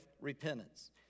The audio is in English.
repentance